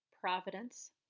Providence